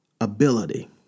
ability